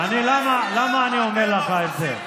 למה אני אומר לך את זה?